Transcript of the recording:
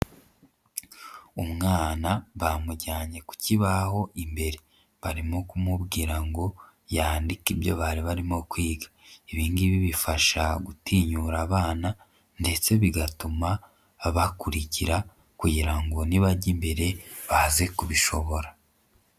Umwana bamujyanye ku kibaho imbere. Barimo kumubwira ngo yandike ibyo bari barimo kwiga. Ibi ngibi bifasha gutinyura abana ndetse bigatuma bakurikira kugira ngo nibajya imbere baze kubishobora.